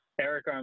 eric